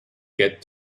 get